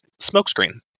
smokescreen